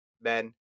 men